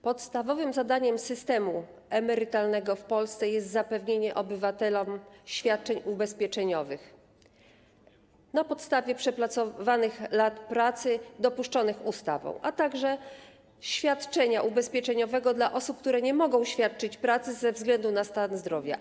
Podstawowym zadaniem systemu emerytalnego w Polsce jest zapewnienie obywatelom świadczeń ubezpieczeniowych na podstawie przepracowanych lat pracy dopuszczonych ustawą, a także świadczeń ubezpieczeniowych dla osób, które nie mogą świadczyć pracy ze względu na stan zdrowia.